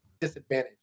disadvantage